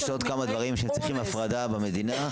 יש עוד כמה דברים שצריכים הפרדה במדינה,